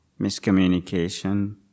miscommunication